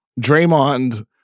Draymond